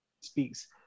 speaks